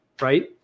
right